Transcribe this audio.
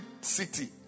city